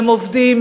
הם עובדים,